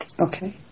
Okay